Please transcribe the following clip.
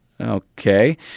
Okay